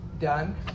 done